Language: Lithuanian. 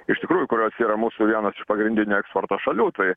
iš tikrųjų kurios yra mūsų vienos iš pagrindinių eksporto šalių tai